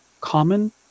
common